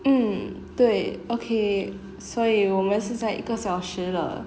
mm 对 okay 所以我们现在一个小时了